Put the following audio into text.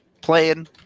playing